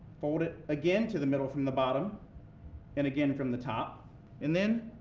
fold it again to the middle from the bottom and again from the top and then,